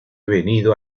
venido